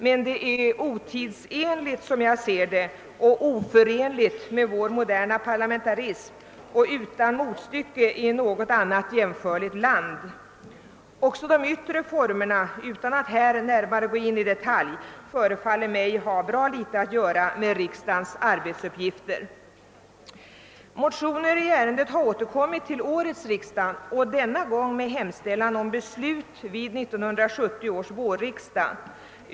Men den är, som jag ser det, otidsenlig och oförenlig med vår moderna parlamentarism och utan motstycke i någon annat jämförligt land. Utan att gå in på detaljer vill jag säga att även de yttre formerna för riksdagsöppnandet förefaller mig ha bra litet att göra med riksdagens arbetsuppgifter. Motioner i denna fråga har väckts också vid årets riksdag, nu med hemställan om beslut under 1970 års vårriksdag.